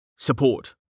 Support